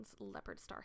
Leopardstar